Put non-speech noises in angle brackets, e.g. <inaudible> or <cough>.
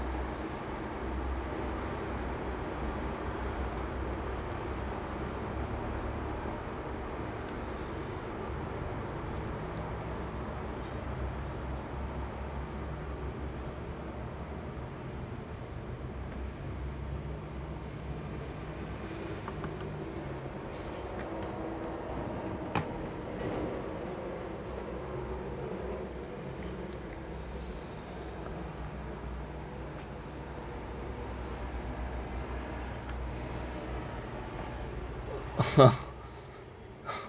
<laughs>